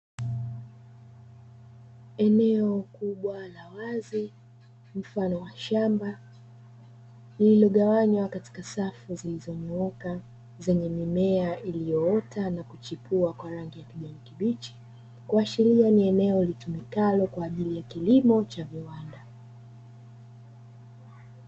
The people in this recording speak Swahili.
Eneo kubwa la wazi mfano wa shamba lililogawanywa katika safu zilizonyooka zenye mimea iliyoota na kuchipua kwa rangi ya kijani kibichi. Kuashiria ni eneo litumikalo kwa ajili kilimo cha viwanda.